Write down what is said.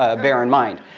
ah bear in mind.